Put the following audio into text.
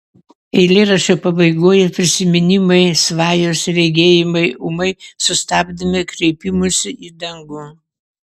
eilėraščio pabaigoje prisiminimai svajos regėjimai ūmai sustabdomi kreipimusi į dangų